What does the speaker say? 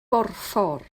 borffor